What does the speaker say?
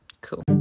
cool